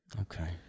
Okay